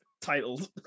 Titled